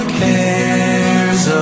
cares